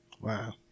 Wow